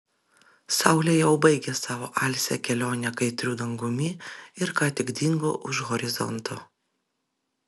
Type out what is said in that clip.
saulė jau baigė savo alsią kelionę kaitriu dangumi ir ką tik dingo už horizonto